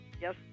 Yes